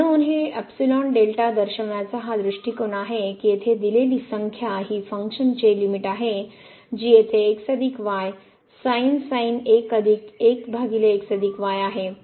म्हणून हे दर्शविण्याचा हा दृष्टीकोन आहे की येथे दिलेली संख्या ही फंक्शनचे लिमिट आहे जी येथे आहे